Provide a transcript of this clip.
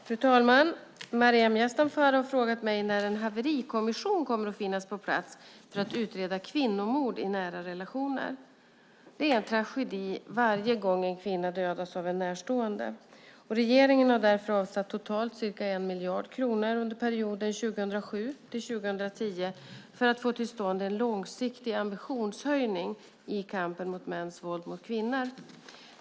Fru talman! Maryam Yazdanfar har frågat mig när en haverikommission kommer att finnas på plats för att utreda kvinnomord i nära relationer. Det är en tragedi varje gång en kvinna dödas av en närstående. Regeringen har därför avsatt totalt ca 1 miljard kronor under perioden 2007-2010 för att få till stånd en långsiktig ambitionshöjning i kampen mot mäns våld mot kvinnor.